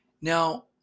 Now